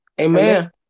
Amen